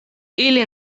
ili